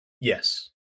Yes